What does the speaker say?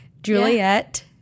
Juliet